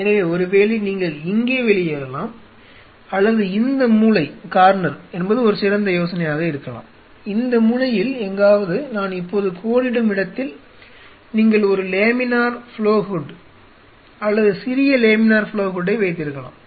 எனவே ஒருவேளை நீங்கள் இங்கே வெளியேறலாம் அல்லது இந்த மூலை என்பது ஒரு சிறந்த யோசனை இருக்கலாம் இந்த மூலையில் எங்காவது நான் இப்போது கோடிடும் இடத்தில் நீங்கள் ஒரு லேமினார் ஃப்ளோ ஹூட் அல்லது சிறிய லேமினார் ஃப்ளோ ஹூட் வைத்திருக்கலாம்